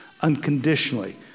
unconditionally